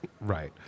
right